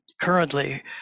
currently